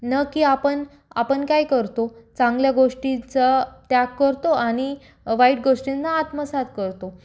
ना की आपण आपण काय करतो चांगल्या गोष्टीचा त्याग करतो आणि वाईट गोष्टींना आत्मसात करतो